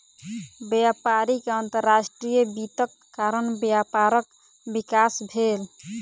व्यापारी के अंतर्राष्ट्रीय वित्तक कारण व्यापारक विकास भेल